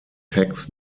tax